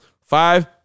Five